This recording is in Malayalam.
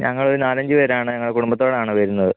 ഞങ്ങളൊരു നാലഞ്ച് പേരാണ് ഞങ്ങള് കുടുംബത്തോടാണ് വരുന്നത്